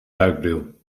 duikbril